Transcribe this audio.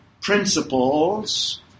principles